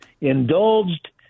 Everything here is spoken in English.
indulged